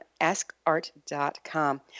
askart.com